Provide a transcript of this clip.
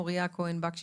מוריה כהן בקשי,